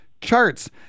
charts